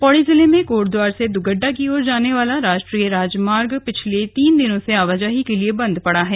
पौड़ी जिले में कोटद्वार से दग्गडा की ओर जाने वाला राष्ट्रीय राजमार्ग पिछले तीन दिनों से आवाजाही के लिए बंद पड़ा है